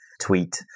tweet